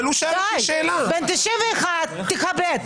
בן 91. תכבד.